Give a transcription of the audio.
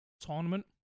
tournament